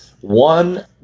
One